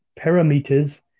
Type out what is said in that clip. parameters